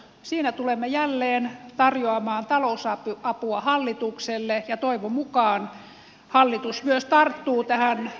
siinä tulemme jälleen tarjoamaan talousapua hallitukselle ja toivon mukaan hallitus myös tarttuu tähän apuun